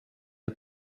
pas